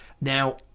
Now